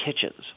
kitchens